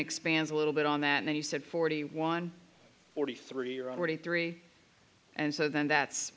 expands a little bit on that and he said forty one forty three you're already three and so then that's